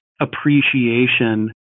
appreciation